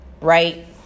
right